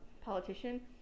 politician